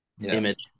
image